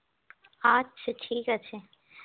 আচ্ছা ঠিক আছে